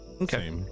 Okay